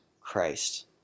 Christ